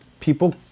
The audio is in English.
People